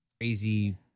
crazy